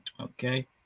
okay